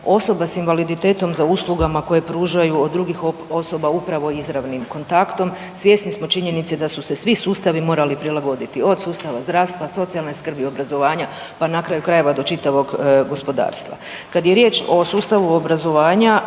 osoba s invaliditetom za uslugama koje pružaju od drugih osoba upravo izravnim kontaktom. Svjesni smo činjenice da su se svi sustavi morali prilagoditi, od sustava zdravstva, socijalne skrbi, obrazovanja pa na kraju krajeva do čitavog gospodarstva.